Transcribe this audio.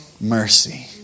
mercy